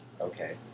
Okay